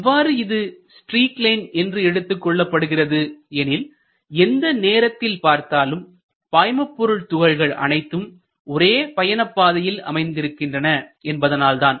எவ்வாறு இது streak line என்றும் எடுத்துக் கொள்ளப்படுகிறது எனில் எந்த நேரத்தில் பார்த்தாலும் பாய்மபொருள் துகள்கள் அனைத்தும் ஒரே பயணப்பாதையில் அமைந்திருக்கின்றன என்பதனால் தான்